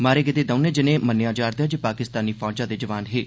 मारे गेदे दौनें जने मन्नेआ जा' रदा ऐ जे पाकिस्तानी फौजा दे जवान हे